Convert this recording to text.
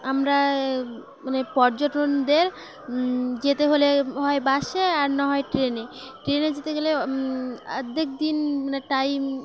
আমরা মানে পর্যটনদের যেতে হলে হয় বাসে আর না হয় ট্রেনে ট্রেনে যেতে গেলে অর্ধেক দিন মানে টাইম